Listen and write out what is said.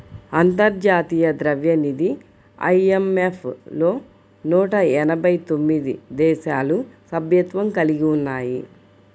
అంతర్జాతీయ ద్రవ్యనిధి ఐ.ఎం.ఎఫ్ లో నూట ఎనభై తొమ్మిది దేశాలు సభ్యత్వం కలిగి ఉన్నాయి